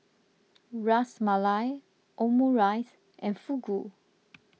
Ras Malai Omurice and Fugu